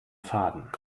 faden